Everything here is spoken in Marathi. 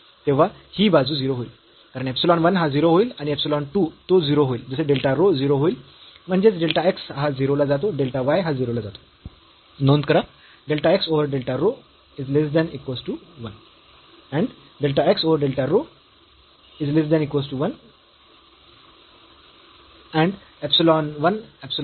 तेव्हा ही बाजू 0 होईल कारण इप्सिलॉन 1 हा 0 होईल आणि इप्सिलॉन 2 तो 0 होईल जसे डेल्टा रो 0 होईल म्हणजेच डेल्टा x हा 0 ला जातो डेल्टा y हा 0 ला जातो